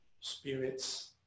spirits